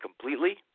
completely